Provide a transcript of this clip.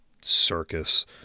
circus